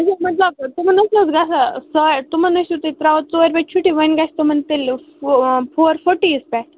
أمیُک مطلب تِمَن اوس نہ حظ گژھان ساڈِ تِمَن ٲسوٕ تُہۍ تراوان ژورِ بَجہِ چھُٹی وۄنۍ گژِھ تِمَن تیٚلہِ فوٗ فوٗر فوٚٹی یَس پٮ۪ٹھ